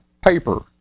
paper